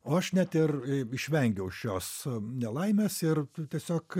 o aš net ir išvengiau šios nelaimės ir tiesiog